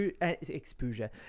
exposure